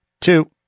two